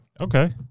Okay